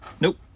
Nope